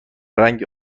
رنگ